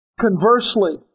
Conversely